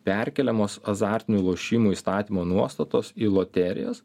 perkeliamos azartinių lošimų įstatymo nuostatos į loterijas